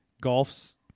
golf's